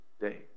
day